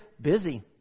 busy